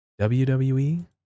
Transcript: WWE